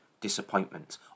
disappointment